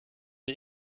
wir